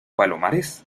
palomares